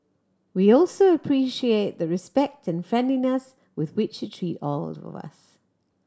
we also appreciate the respect and friendliness with which you treat all of us